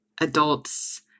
adults